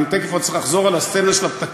אני תכף עוד צריך לחזור על הסצנה של הפתקים,